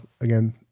again